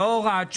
לא הוראת שעה?